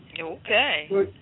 Okay